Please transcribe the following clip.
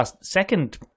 second